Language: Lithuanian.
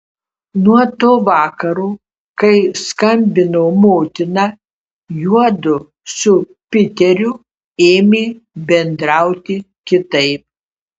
nuo to vakaro kai skambino motina juodu su piteriu ėmė bendrauti kitaip